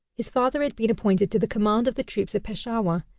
his father had been appointed to the command of the troops at peshawar,